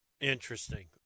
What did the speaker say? Interesting